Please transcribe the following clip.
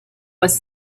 was